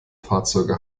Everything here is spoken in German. fahrzeuge